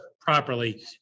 properly